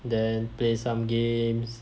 then play some games